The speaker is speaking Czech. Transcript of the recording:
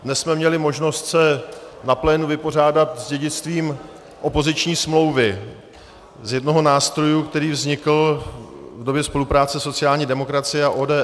Dnes jsme měli možnost se na plénu vypořádat s dědictvím opoziční smlouvy, s jedním z nástrojů, který vznikl v době spolupráce sociální demokracie a ODS.